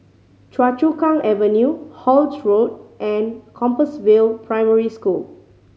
Choa Chu Kang Avenue Holt Road and Compassvale Primary School